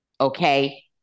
Okay